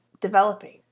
developing